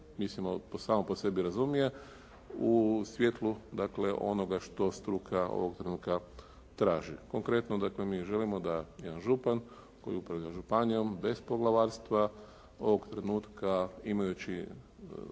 mislimo da se samo po sebi razumije u svijetlu dakle onoga što struka ovog trenutka traži. Konkretno, mi želimo da jedan župan koji upravlja županijom bez poglavarstva ovog trenutka imajući